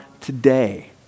today